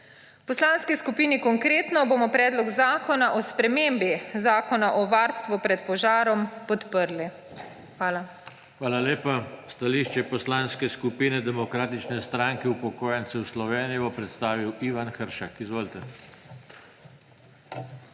Poslanski skupini Konkretno bomo Predlog zakona o spremembi Zakona o varstvu pred požarom podprli. Hvala. PODPREDSEDNIK JOŽE TANKO: Hvala lepa. Stališče Poslanske skupine Demokratične stranke upokojencev Slovenije bo predstavil Ivan Hršak. Izvolite.